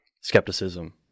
skepticism